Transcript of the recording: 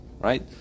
right